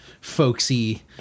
folksy